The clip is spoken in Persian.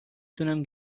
تونم